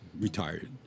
retired